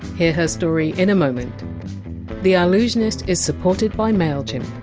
hear story in a moment the allusionist is supported by mailchimp.